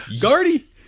Guardy